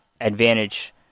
advantage